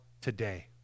today